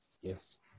Yes